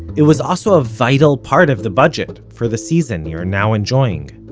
it was also a vital part of the budget for the season you're now enjoying.